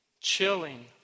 Chilling